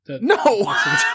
No